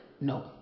No